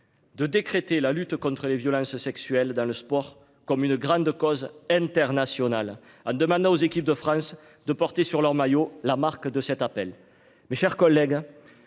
De décréter la lutte contre les violences sexuelles dans le sport comme une grande cause internationale en demandant aux équipes de France de porter sur leur maillot la marque de cet appel. Mes chers collègues.